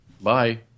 Bye